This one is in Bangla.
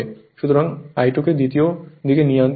সুতরাং I2 কে দ্বিতীয় দিকে নিয়ে আনতে হবে